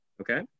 okay